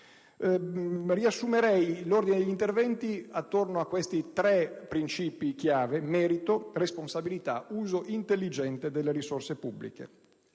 Riassumo l'ordine degli interventi attorno a questi tre principi chiave: merito, responsabilità, uso intelligente delle risorse pubbliche.